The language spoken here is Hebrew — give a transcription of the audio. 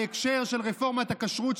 בהקשר של רפורמת הכשרות,